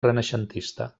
renaixentista